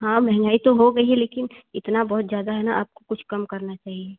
हँ महँगाई तो हो गई है लेकिन इतना बहुत ज़्यादा है ना आपको कुछ कम करना चाहिए